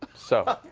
so,